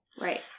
right